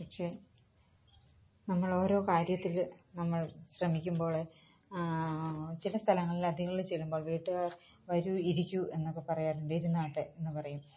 പക്ഷെ നമ്മളോരോ കാര്യത്തിൽ നമ്മൾ ശ്രമിക്കുമ്പോൾ ചില സ്ഥലങ്ങളിലതിഥികൾ ചെല്ലുമ്പോൾ വീട്ടുകാർ വരൂ ഇരിക്കൂ എന്നൊക്കെ പറയാറുണ്ട് ഇരുന്നാട്ടെ എന്നു പറയും